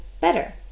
better